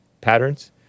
Patterns